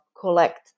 collect